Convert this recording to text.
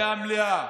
יצאנו מהמליאה.